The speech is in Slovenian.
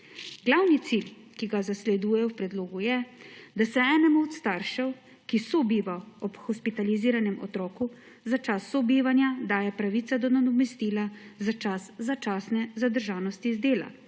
Glavni cilj, ki ga zasleduje v predlogu, je, da se enemu od staršev, ki sobiva ob hospitaliziranem otroku, za čas sobivanja daje pravica do nadomestila za čas začasne zadržanosti z dela,